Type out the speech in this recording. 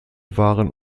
waren